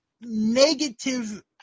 negative